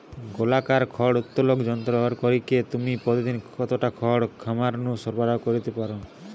গোলাকার খড় উত্তোলক যন্ত্র ব্যবহার করিকি তুমি প্রতিদিন কতটা খড় খামার নু সরবরাহ করি পার?